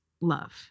love